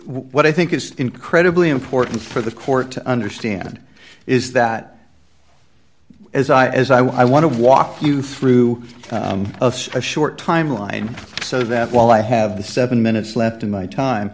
what i think is incredibly important for the court to understand is that as i as i want to walk you through a short timeline so that while i have the seven minutes left in my time